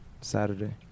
Saturday